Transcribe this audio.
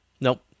nope